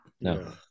No